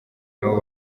nabo